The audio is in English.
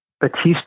Batista